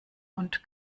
und